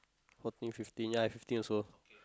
fourteen fifteen ya I fifteen also